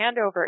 handover